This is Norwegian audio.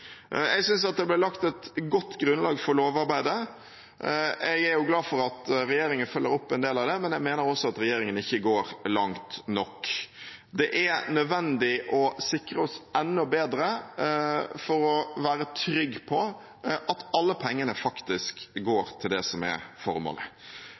Jeg synes det ble lagt et godt grunnlag for lovarbeidet. Jeg er jo glad for at regjeringen følger opp en del av det, men jeg mener også at regjeringen ikke går langt nok. Det er nødvendig å sikre oss enda bedre for å være trygge på at alle pengene faktisk